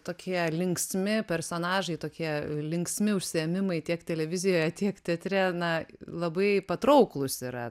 tokie linksmi personažai tokie linksmi užsiėmimai tiek televizijoje tiek teatre na labai patrauklūs yra